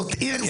זאת עיר,